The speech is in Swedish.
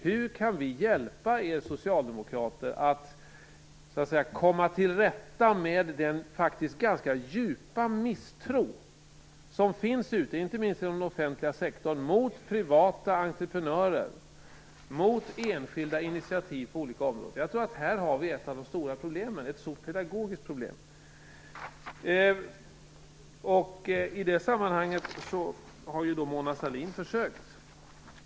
Hur kan vi hjälpa er socialdemokrater att komma till rätta med den faktiskt ganska djupa misstro som finns ute, inte minst inom den offentliga sektorn, mot privata entreprenörer och mot enskilda initiativ på olika områden? Jag tror att det är ett av de stora problemen. Det är ett stor pedagogiskt problem. I det sammanhanget har ju Mona Sahlin försökt.